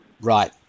Right